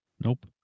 Nope